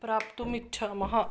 प्राप्तुम् इच्छामः